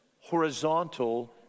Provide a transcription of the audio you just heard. horizontal